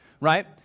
Right